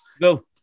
No